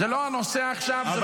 זה לא הנושא עכשיו, זה לא המקום.